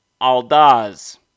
Aldaz